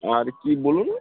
আর কী বলুন